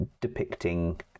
depicting